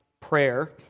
prayer